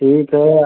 ठीक है